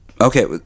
Okay